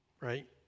right